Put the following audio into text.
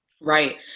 Right